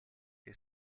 che